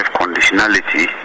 conditionality